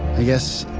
i guess,